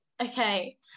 okay